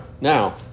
Now